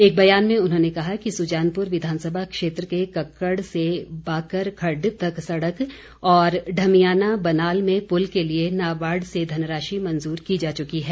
एक बयान में उन्होंने कहा कि सुजानपुर विधानसभा क्षेत्र के कक्कड़ से बाकर खड्ड तक सड़क और ढमियाना बनाल में पुल के लिए नाबार्ड से धनराशि मंजूर की जा चुकी है